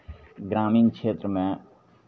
ग्रामीण क्षेत्रमे